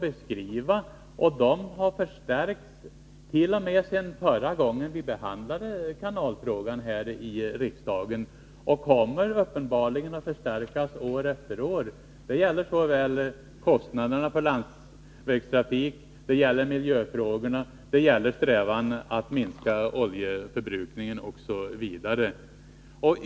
Dessa skäl har förstärkts, t.o.m. sedan förra gången vi behandlade kanalfrågan här i riksdagen, och kommer uppenbarligen att förstärkas år efter år. Det gäller kostnaderna för landsvägstrafik, det gäller miljöfrågorna, det gäller strävan att minska oljeförbrukningen osv.